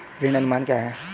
ऋण अनुमान क्या है?